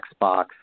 Xbox